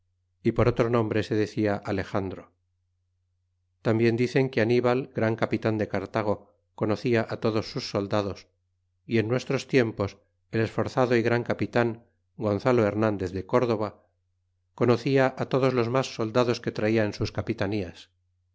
y por otro nombre se decia alexandro tambien dicen que anibal gran capitan de cartago conocia todos sus soldados y en nuestros tiempos el esforzado y gran capitan gonzalo hernandez de córdova conocia todos los mas soldados que traia en sus capitanías